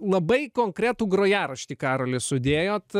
labai konkretų grojaraštį karoli sudėjot